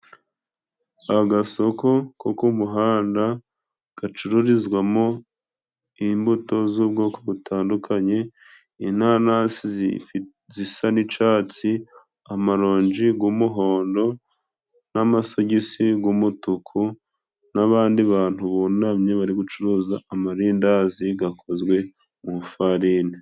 Agasoko ko ku muhanda gacururizwamo imbuto z'ubwoko butandukanye. Inanasi zisa n'icatsi, amaronji g'umuhondo n'amasogisi g'umutuku, n'abandi bantu bunamye bari gucuruza amarindazi gakozwe mu ifarine.